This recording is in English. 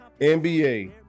NBA